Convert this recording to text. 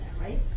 right